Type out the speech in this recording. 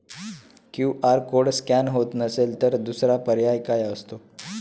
QR code scan होत नसेल तर दुसरा पर्याय काय असतो?